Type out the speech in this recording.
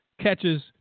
catches